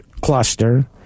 cluster